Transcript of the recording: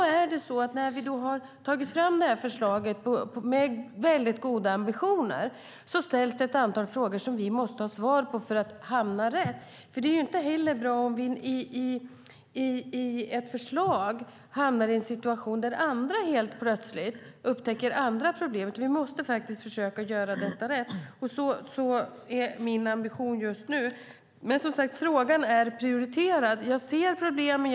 När vi har tagit fram det här förslaget med mycket goda ambitioner ställs det ett antal frågor som vi måste ha svar på för att hamna rätt. Det är inte heller bra om vi med ett förslag hamnar i en situation där andra helt plötsligt upptäcker andra problem. Vi måste faktiskt försöka göra detta rätt. Det är min ambition just nu. Frågan är prioriterad. Jag ser problemen.